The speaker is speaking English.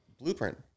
blueprint